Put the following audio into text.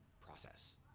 process